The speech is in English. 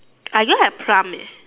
I don't have plum eh